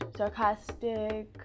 sarcastic